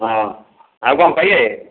ହଁ ଆଉ କ'ଣ କହିବେ